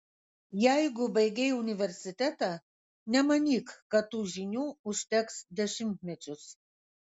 jeigu baigei universitetą nemanyk kad tų žinių užteks dešimtmečius